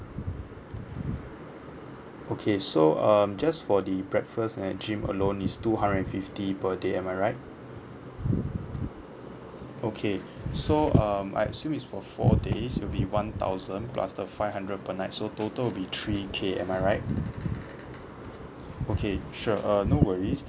okay so um just for the breakfast and the gym alone is two hundred and fifty per day am I right okay so um I assume is for four days it'll be one thousand plus the five hundred per night so total will be three K am I right okay sure uh no worries